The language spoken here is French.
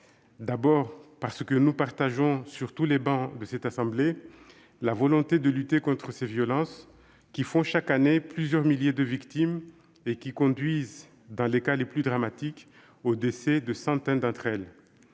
D'abord, parce que nous partageons sur toutes les travées de cette assemblée la volonté de lutter contre ces violences qui font, chaque année, plusieurs milliers de victimes et qui conduisent, dans les cas les plus dramatiques, au décès de centaines d'entre elles.